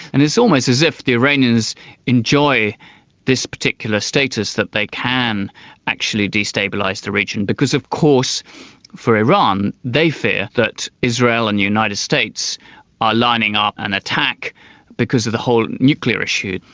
and it's almost as if the iranians enjoy this particular status that they can actually destabilise the region. because of course for iran, they fear that israel and the united states are lining up an attack because of the whole nuclear issue.